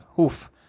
oof